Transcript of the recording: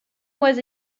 was